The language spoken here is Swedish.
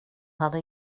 hade